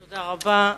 תודה רבה.